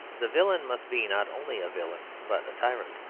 the villain must be not only a villain, but a tyrant.